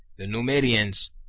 the numidians,